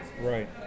Right